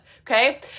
Okay